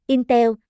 Intel